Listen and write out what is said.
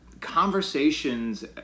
conversations